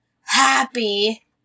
happy